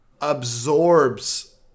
absorbs